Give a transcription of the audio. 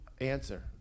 answer